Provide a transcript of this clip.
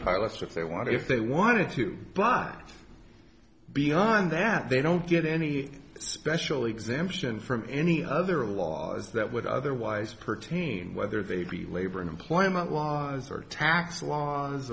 pilots if they want to if they wanted to but beyond that they don't get any special exemption from any other laws that would otherwise pertain whether they be labor and employment law or tax law